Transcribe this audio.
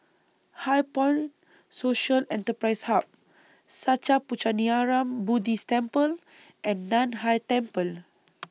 HighPoint Social Enterprise Hub Sattha Puchaniyaram Buddhist Temple and NAN Hai Temple